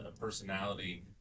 personality